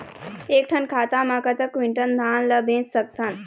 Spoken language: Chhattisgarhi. एक ठन खाता मा कतक क्विंटल धान ला बेच सकथन?